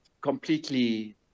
completely